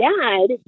dad